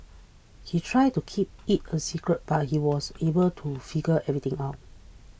he tried to keep it a secret but he was able to figure everything out